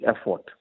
effort